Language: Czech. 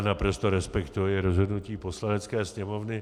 Naprosto respektuji rozhodnutí Poslanecké sněmovny.